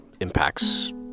impacts